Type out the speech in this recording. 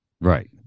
Right